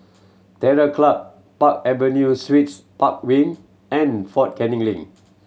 Terror Club Park Avenue Suites Park Wing and Fort Canning Link